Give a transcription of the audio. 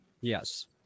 yes